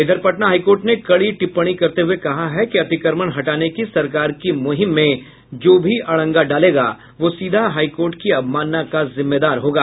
इधर पटना हाईकोर्ट ने कड़ी टिप्पणी करते हुए कहा है कि अतिक्रमण हटाने की सरकार की मुहिम में जो भी अड़ंगा डालेगा वह सीधा हाईकोर्ट की अवमानना का जिम्मेदार होगा